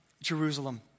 Jerusalem